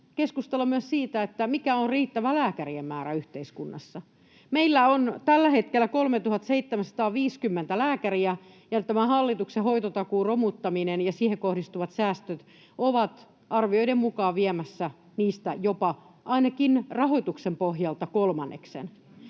keskustella myös siitä, mikä on riittävä lääkärien määrä yhteiskunnassa? Meillä on tällä hetkellä 3 750 lääkäriä, ja tämä hallituksen hoitotakuun romuttaminen ja siihen kohdistuvat säästöt ovat arvioiden mukaan viemässä niistä ainakin rahoituksen pohjalta jopa kolmanneksen.